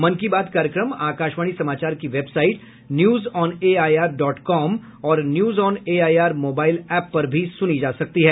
मन की बात कार्यक्रम आकाशवाणी समाचार की वेबसाइट न्यूजऑनएआईआर डॉट कॉम और न्यूजऑनएआईआर मोबाईल एप पर भी सुना जा सकता है